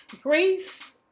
Grief